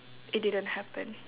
it didn't happen